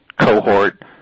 cohort